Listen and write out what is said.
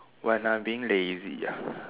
when I being lazy ah